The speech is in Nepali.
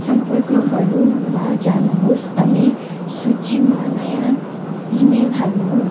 सम्पर्कहरूमा जानुहोस् अनि सूचीमा नयाँ इमेल हाल्नुहोस्